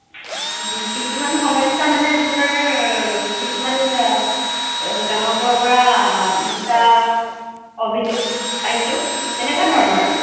কিছুমান সমস্যা মানে আপোনাৰ কিছুমান গ্ৰাহকৰ পৰা মিছা অভিযোগ পাইছোঁ তেনেকুৱা ধৰণৰ আৰু